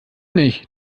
nicht